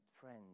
friends